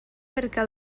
perquè